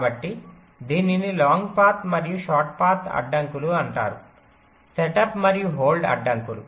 కాబట్టి దీనిని long path మరియు షార్ట్ పాత్ అడ్డంకులు అంటారు సెటప్ మరియు హోల్డ్ అడ్డంకులు